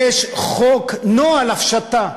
יש חוק, נוהל, הפשטה.